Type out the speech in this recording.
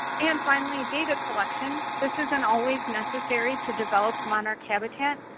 and finally, data collection. this isn't always necessary to develop monarch habitat,